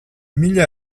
mila